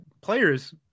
players